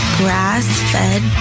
grass-fed